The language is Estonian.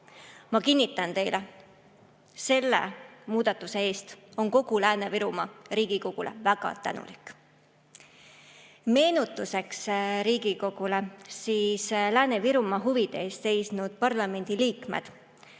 Ma kinnitan teile: selle muudatuse eest on kogu Lääne-Virumaa Riigikogule väga tänulik. Meenutuseks Riigikogule, et Lääne-Virumaa huvide eest seisnud parlamendiliikmed